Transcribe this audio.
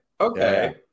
Okay